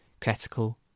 critical